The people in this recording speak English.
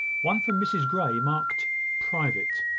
one from mrs grey, marked private.